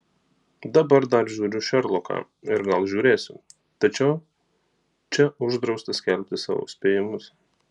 dabar dar žiūriu šerloką ir gal žiūrėsiu tačiau čia uždrausta skelbti savo spėjimus